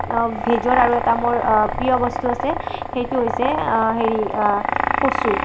ভিডিঅ'ত আৰু এটা মোৰ প্ৰিয় বস্তু আছে সেইটো হৈছে হেৰি কচু